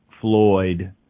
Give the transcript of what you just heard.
Floyd